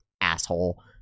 Asshole